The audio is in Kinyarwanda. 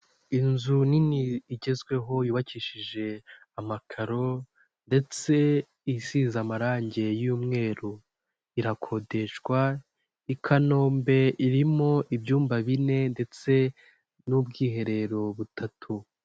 Inzu nini igezweho yubakishije amakaro ndetse isize amarangi y'umweru, irakodeshwa i Kanombe. Irimo ibyumba bine ndetse n'ubwiherero butatu.